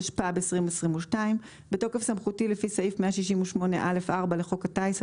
התשפ"ב-2022 בתוקף סמכותי לפי סעיף 168(א)(4) לחוק הטיס,